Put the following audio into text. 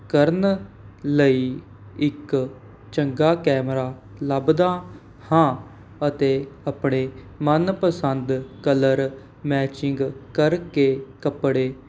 ਕਰਨ ਲਈ ਇੱਕ ਚੰਗਾ ਕੈਮਰਾ ਲੱਭਦਾ ਹਾਂ ਅਤੇ ਆਪਣੇ ਮਨ ਪਸੰਦ ਕਲਰ ਮੈਚਿੰਗ ਕਰਕੇ ਕੱਪੜੇ